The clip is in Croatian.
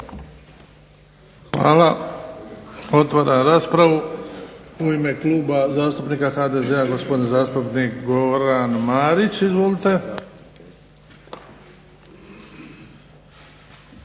Hvala. Otvaram raspravu. U ime Kluba zastupnika HDZ-a gospodin zastupnik Goran Marić, izvolite.